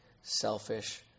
selfish